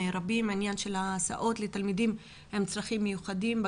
נושא ההסעות לתלמידים עם צרכים מיוחדים הטריד